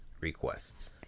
requests